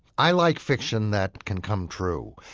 i like fiction that can come true.